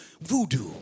voodoo